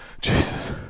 Jesus